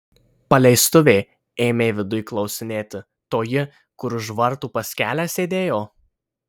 paleistuvė ėmė viduj klausinėti toji kur už vartų pas kelią sėdėjo